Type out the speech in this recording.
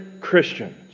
Christians